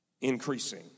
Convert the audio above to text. increasing